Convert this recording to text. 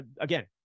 again